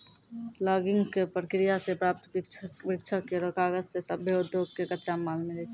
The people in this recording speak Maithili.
लॉगिंग क प्रक्रिया सें प्राप्त वृक्षो केरो कागज सें सभ्भे उद्योग कॅ कच्चा माल मिलै छै